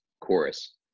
chorus